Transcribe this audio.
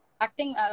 acting